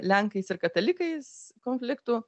lenkais ir katalikais konfliktų